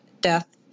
death